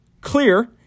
clear